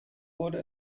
wurde